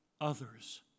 others